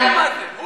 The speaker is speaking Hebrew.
עזוב אבו מאזן.